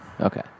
Okay